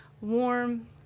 warm